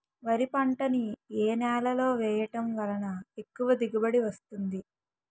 వరి పంట ని ఏ నేలలో వేయటం వలన ఎక్కువ దిగుబడి వస్తుంది?